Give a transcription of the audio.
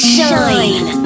Shine